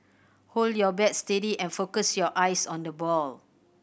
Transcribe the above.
hold your bat steady and focus your eyes on the ball